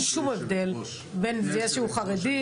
אין שום הבדל בין ילד שהוא חרדי,